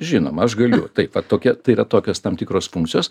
žinoma aš galiu taip va tokia tai yra tokios tam tikros funkcijos